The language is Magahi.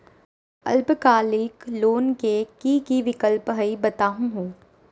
अल्पकालिक लोन के कि कि विक्लप हई बताहु हो?